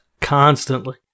Constantly